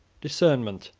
discernment,